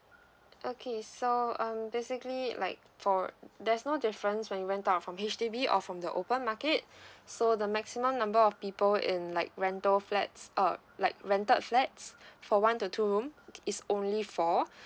okay so um basically like for there's no difference when you rent out from H_D_B or from the open market so the maximum number of people in like rental flats uh like rented flats for one to two room is only four